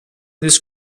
this